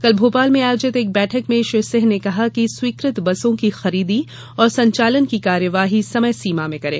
कल भोपाल में आयोजित एक बैठक में श्री सिंह ने कहा कि स्वीकृत बसों की खरीदी और संचालन की कार्यवाही समय सीमा में करें